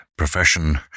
Profession